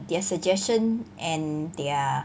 their suggestion and their